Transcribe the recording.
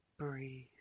Breathe